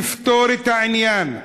יפתרו את העניין.